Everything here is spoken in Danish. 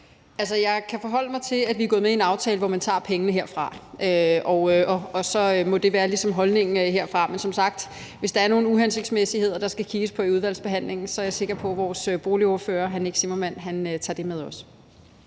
jeg kan forholde mig til, at vi er gået med i en aftale, hvor vi tager pengene herfra, og det må så ligesom være det, der er vores udgangspunkt. Men som sagt, hvis der er nogle uhensigtsmæssigheder, der skal kigges på i udvalgsbehandlingen, er jeg sikker på, at vores boligordfører, hr. Nick Zimmermann, tager det med også.